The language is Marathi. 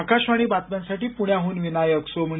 आकाशवाणीच्या बातम्यांसाठी पृण्याहन विनायक सोमणी